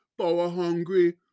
power-hungry